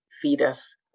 fetus